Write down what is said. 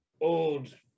old